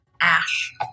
ash